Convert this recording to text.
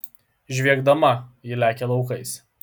žviegdama ji lekia laukais